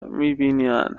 میبینن